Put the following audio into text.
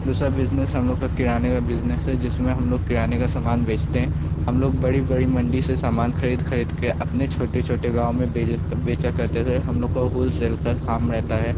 दूसरा बिज़नेस हम लोग का किराने का बिज़नेस है जिसमें हम लोग किराने का समान बेचते हैं हम लोग बड़ी बड़ी मंडी से समान ख़रीद ख़रीद के अपने छोटे छोटे गाँव में बेज बेचा करते थे हम लोग का होलसेल का काम रहता है